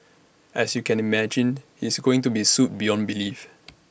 as you can imagine he's going to be sued beyond belief